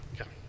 Okay